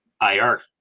IR